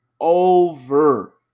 over